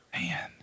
Man